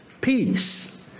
Peace